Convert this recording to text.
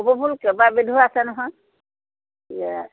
কপৌ ফুল কেইবাবিধো আছে নহয়